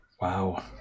Wow